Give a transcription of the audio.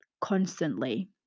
constantly